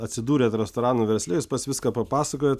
atsidūrėt restoranų versle jūs pats viską papasakojot